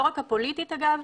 לא רק הפוליטית אגב,